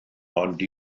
ond